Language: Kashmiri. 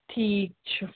ٹھیٖک چھُ